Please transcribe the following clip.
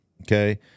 okay